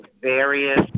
various